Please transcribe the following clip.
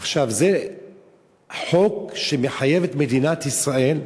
עכשיו, זה חוק שמחייב את מדינת ישראל.